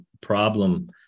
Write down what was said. problem